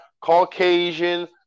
Caucasian